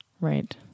Right